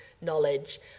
knowledge